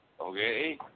okay